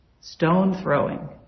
stone-throwing